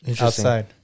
outside